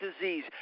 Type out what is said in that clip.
disease